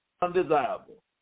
undesirable